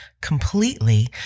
completely